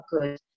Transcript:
good